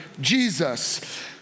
Jesus